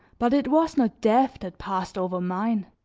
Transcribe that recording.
but it was not death that passed over mine.